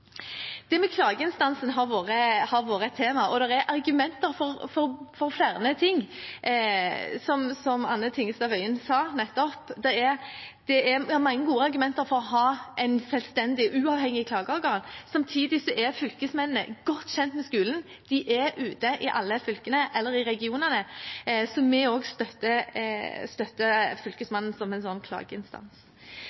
har vært et tema, og det er argumenter for flere ting, som Anne Tingelstad Wøien nettopp sa. Det er mange gode argumenter for å ha en selvstendig, uavhengig klageadgang. Samtidig er fylkesmennene godt kjent med skolen, og de er ute i alle fylkene eller i regionene, så også vi støtter Fylkesmannen som en klageinstans. Straffeansvaret er foreslått endret til forsettlige og